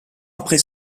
après